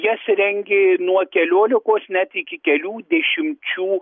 jas rengė nuo keliolikos net iki kelių dešimčių